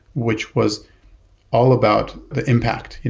which was all about the impact.